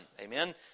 amen